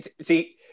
see